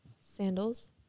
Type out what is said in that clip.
Sandals